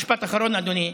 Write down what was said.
משפט אחרון, אדוני.